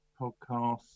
podcast